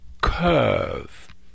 curve